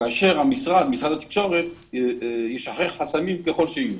כאשר משרד התקשורת ישחרר חסמים ככל שיהיו.